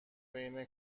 بین